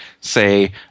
say